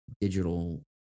Digital